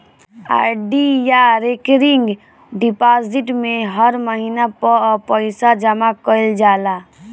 RD या recurring deposit में हर महिना पअ पईसा जमा कईल जाला